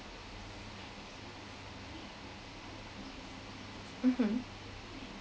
mmhmm